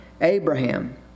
Abraham